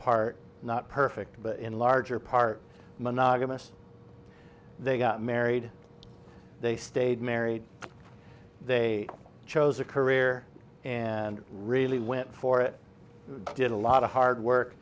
part not perfect but in larger part monogamous they got married they stayed married they chose a career and really went for it did a lot of hard work